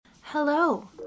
Hello